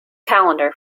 calendar